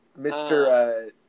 mr